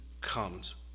comes